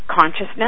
consciousness